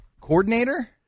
Coordinator